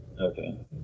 Okay